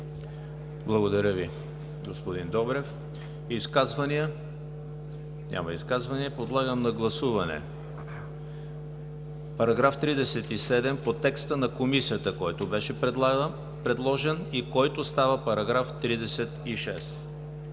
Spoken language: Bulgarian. Благодаря, господин Добрев. Изказвания? Няма изказвания. Подлагам на гласуване § 37 по текста на Комисията, който беше предложен и който става § 36.